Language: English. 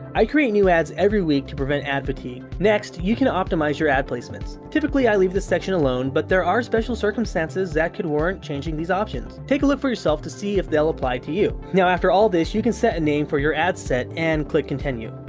i create new ads every week to prevent ad fatigue. next, you can optimize your ad placements. typically, i leave this section alone but there are special circumstances that could warrant changing these options. take a look for yourself to see if they'll apply to you. now, after all this, you can set a and name for your ad set and click continue.